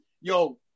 yo